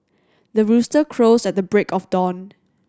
the rooster crows at the break of dawn